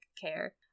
care